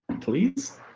Please